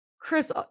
Chris